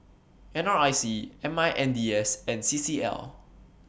N R I C M I N D S and C C L